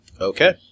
Okay